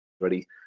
ready